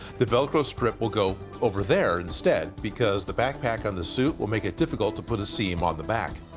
the velcro strip will go over there instead because the backpack on the suit will make it difficult to put a seam on the back.